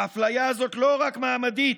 האפליה הזאת לא רק מעמדית,